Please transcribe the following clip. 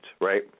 right